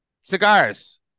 Cigars